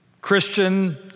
Christian